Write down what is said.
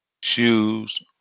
shoes